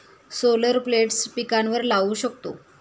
solar plates पिकांवर लाऊ शकतो